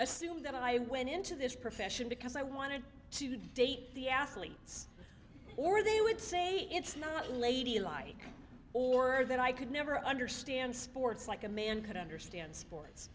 assume that i went into this profession because i wanted to date the athletes or they would say it's not ladylike or that i could never understand sports like a man could understand sports